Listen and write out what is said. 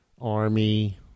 Army